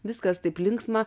viskas taip linksma